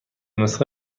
نسخه